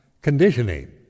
conditioning